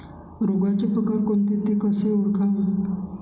रोगाचे प्रकार कोणते? ते कसे ओळखावे?